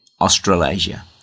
Australasia